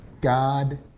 God